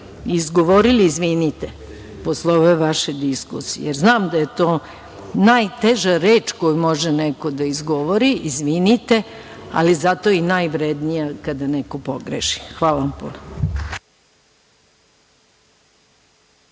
izgovorili: „Izvinite“ posle ove vaše diskusije, jer znam da je to najteža reč koju može neko da izgovori – izvinite, ali zato je i najvrednija kada neko pogreši. Hvala vam puno.